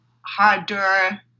harder